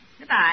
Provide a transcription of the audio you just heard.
Goodbye